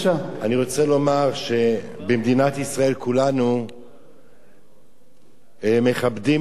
אני רוצה לומר שבמדינת ישראל כולנו מכבדים את הדתות,